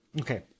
Okay